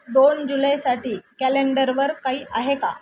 दोन जुलैसाठी कॅलेंडरवर काही आहे का